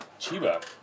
Chiba